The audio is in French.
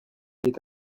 est